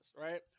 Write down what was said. right